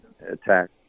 attack